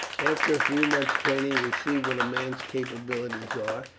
after a few months' training we see what a man's capabilities are,